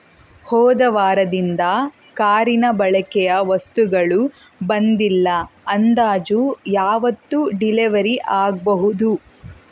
ಹೋದ ವಾರದಿಂದ ಕಾರಿನ ಬಳಕೆಯ ವಸ್ತುಗಳು ಬಂದಿಲ್ಲ ಅಂದಾಜು ಯಾವತ್ತು ಡೆಲೆವರಿ ಆಗಬಹುದು